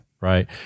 Right